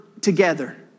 together